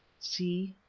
see,